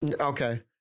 Okay